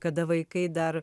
kada vaikai dar